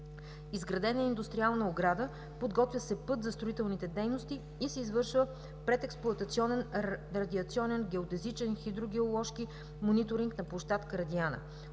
Изградена е индустриална ограда, подготвя се път за строителните дейности и се извършва предексплоатационен, радиационен, геодезичен, хидрогеоложки мониторинг на площадка „Радиана“.